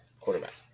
quarterback